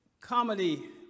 comedy